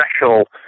special